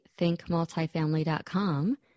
thinkmultifamily.com